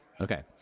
Okay